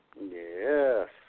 Yes